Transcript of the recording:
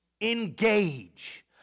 Engage